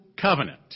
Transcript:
Covenant